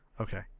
Okay